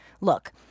look